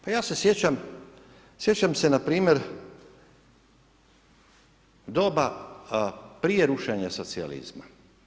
Pa ja se sjećam, sjećam se na primjer doba prije rušenja socijalizma.